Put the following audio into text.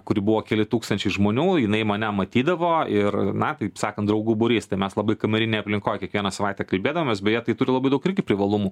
kuri buvo keli tūkstančiai žmonių jinai mane matydavo ir na taip sakant draugų būrys tai mes labai kamerinėj aplinkoj kiekvieną savaitę kalbėdavomės beje tai turi labai daug privalumų